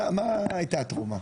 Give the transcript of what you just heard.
מה הייתה התרומה?